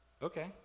Okay